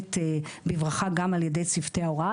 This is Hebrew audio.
מתקבלת בברכה גם ע"י צוותי ההוראה.